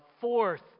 Fourth